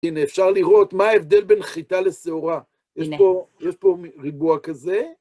הנה, אפשר לראות מה ההבדל בין חיטה לשעורה. יש פה ריבוע כזה.